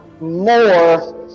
more